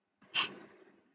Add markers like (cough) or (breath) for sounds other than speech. (breath)